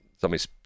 Somebody's